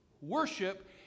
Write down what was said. worship